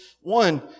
One